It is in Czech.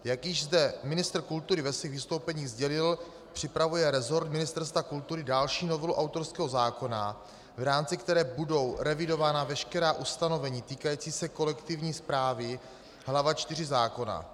Jak již zde ministr kultury ve svých vystoupeních sdělil, připravuje resort Ministerstva kultury další novelu autorského zákona, v rámci které budou revidována veškerá ustanovení týkající se kolektivní správy, hlava IV zákona.